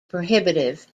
prohibitive